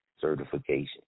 certification